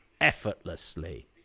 effortlessly